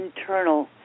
internal